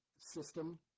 system